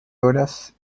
horas